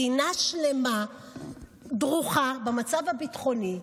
מדינה שלמה דרוכה מהמצב הביטחוני,